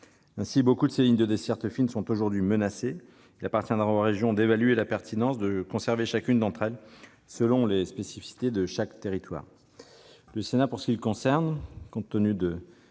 Ainsi, nombre de ces lignes de desserte fine sont aujourd'hui menacées, et il appartiendra aux régions d'évaluer la pertinence de conserver chacune d'entre elles, selon les spécificités de chaque territoire.